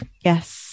Yes